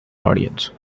audience